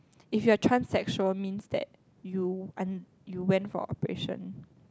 if you're transsexual means that you un~ you went for operation